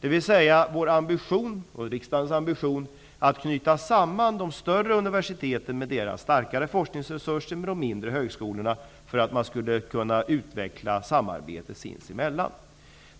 Det är regeringens och riksdagens ambition att knyta samman de större universiteten med dessas starkare forskningsresurser med de mindre högskolorna för att utveckla samarbete sinsemellan.